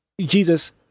Jesus